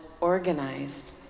organized